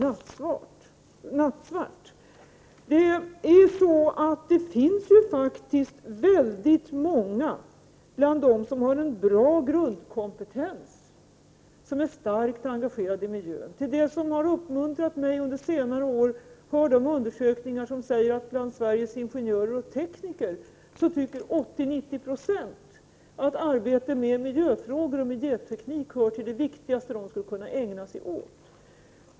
Nu är ju inte allting nattsvart. Väldigt många av dem som har en bra grundkompetens är starkt engagerade i miljön. Till det som uppmuntrat mig under senare år hör uppgifterna från undersökningar som säger att 80-90 ec av Sveriges ingenjörer och tekniker tycker att arbete med miljöfrågor och miljöteknik hör till det viktigaste de skulle kunna ägna sig åt.